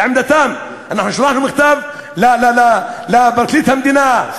ד”ר דניאל דויטש,